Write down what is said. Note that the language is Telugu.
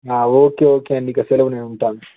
ఓకే ఓకే అండి ఇక సెలవు నేను ఉంటాను